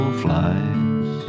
flies